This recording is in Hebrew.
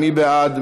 מי בעד?